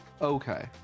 Okay